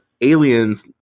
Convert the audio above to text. aliens